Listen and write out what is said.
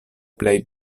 plej